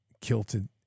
kilted